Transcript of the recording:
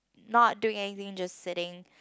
not doing anything just sitting